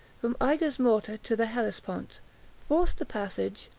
from aiguesmortes to the hellespont forced the passage,